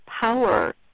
power